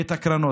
את הקרן.